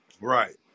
Right